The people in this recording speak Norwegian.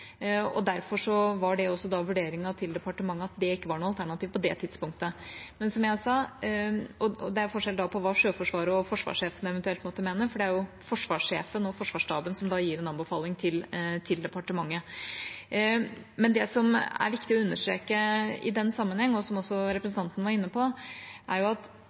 noe alternativ på det tidspunktet. Og det er forskjell på hva Sjøforsvaret og forsvarssjefen eventuelt måtte mene, for det er forsvarssjefen og forsvarsstaben som gir en anbefaling til departementet. Det som er viktig å understreke i den sammenheng, og som også representanten var inne på, er at